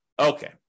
Okay